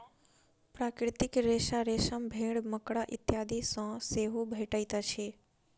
प्राकृतिक रेशा रेशम, भेंड़, मकड़ा इत्यादि सॅ सेहो भेटैत अछि